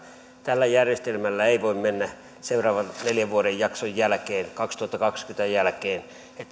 tällä järjestelmällä ei voi mennä seuraavan neljän vuoden jakson jälkeen kaksituhattakaksikymmentä jälkeen